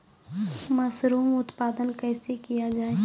Mushroom उत्पादन कैसे किया जाय?